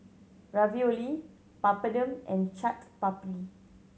Ravioli Papadum and Chaat Papri